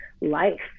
life